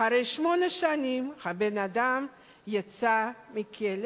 אחרי שמונה שנים הבן-אדם יצא מהכלא